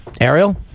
Ariel